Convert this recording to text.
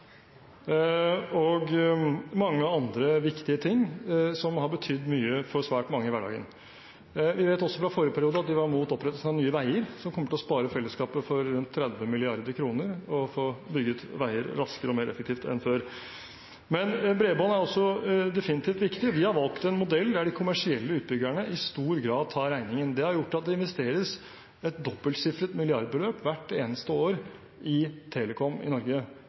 og mange andre viktige ting som har betydd mye for svært mange i hverdagen. Vi vet også fra forrige periode at de var imot opprettelsen av Nye Veier, som kommer til å spare fellesskapet for rundt 30 mrd. kr og få bygget veier raskere og mer effektivt enn før. Men bredbånd er også definitivt viktig. Vi har valgt en modell der de kommersielle utbyggerne i stor grad tar regningen. Det har gjort at det investeres et dobbeltsifret milliardbeløp hvert eneste år i telekom i Norge.